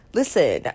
listen